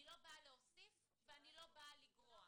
אני לא באה להוסיף ואני לא באה לגרוע.